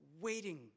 waiting